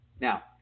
Now